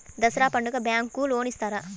దసరా పండుగ bank loan ఇస్తారా?